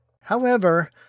However